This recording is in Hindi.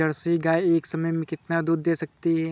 जर्सी गाय एक समय में कितना दूध दे सकती है?